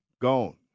Gone